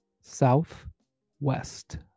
Southwest